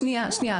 שנייה.